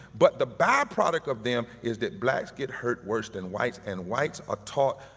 but the byproduct of them is that blacks get hurt worse than whites, and whites are taught,